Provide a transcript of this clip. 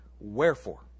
wherefore